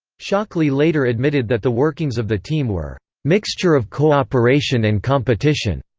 shockley later admitted that the workings of the team were mixture of cooperation and competition.